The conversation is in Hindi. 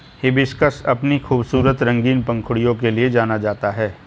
हिबिस्कस अपनी खूबसूरत रंगीन पंखुड़ियों के लिए जाना जाता है